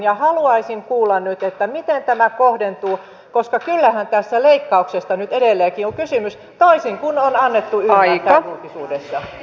ja haluaisin kuulla nyt miten tämä kohdentuu koska kyllähän tässä leikkauksesta nyt edelleenkin on kysymys toisin kuin on annettu ymmärtää julkisuudessa